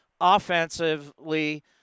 offensively